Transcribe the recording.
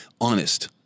honest